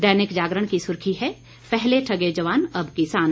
दैनिक जागरण की सुर्खी है पहले ठगे जवान अब किसान